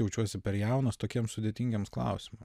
jaučiuosi per jaunas tokiems sudėtingiems klausimam